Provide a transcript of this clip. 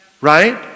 right